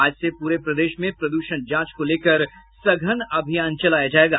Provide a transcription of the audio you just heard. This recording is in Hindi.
आज से पूरे प्रदेश में प्रदूषण जांच को लेकर सघन अभियान चलाया जायेगा